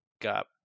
got